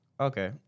Okay